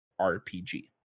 RPG